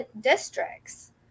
districts